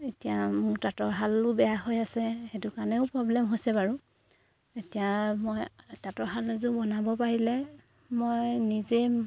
এতিয়া মোৰ তাঁতৰ শালো বেয়া হৈ আছে সেইটো কাৰণেও প্ৰ'ব্লেম হৈছে বাৰু এতিয়া মই তাঁতৰ শাল যোৰ বনাব পাৰিলে মই নিজে